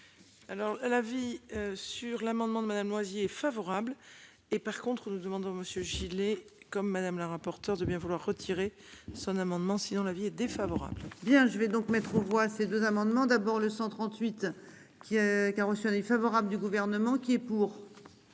Alors à la vie sur l'amendement de Madame Loisy est favorable et par contre nous demandons Monsieur Gillet comme Madame la rapporteure de bien vouloir retirer son amendement sinon l'avis est défavorable. Bien je vais donc mettre aux voix, ces deux amendements. D'abord le 138 qui a qui a reçu un avis favorable du gouvernement qui est pour.